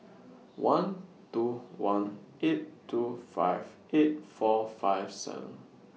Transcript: one two one eight two five eight four five seven